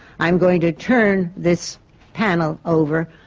i'm going to turn this panel over.